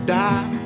die